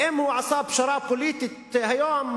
ואם הוא עשה פשרה פוליטית היום,